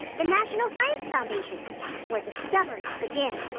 the national science foundation where discoveries begin!